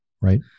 Right